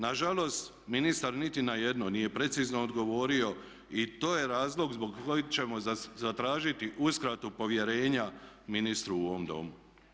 Nažalost ministar niti na jedno nije precizno odgovorio i to je razlog zbog kojeg ćemo zatražiti uskratu povjerenja ministru u ovom domu.